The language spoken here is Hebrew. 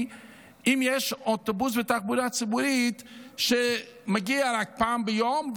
אם יש אוטובוס ותחבורה ציבורית שמגיעים רק פעם ביום,